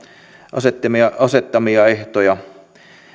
asettamia asettamia ehtoja